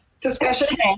discussion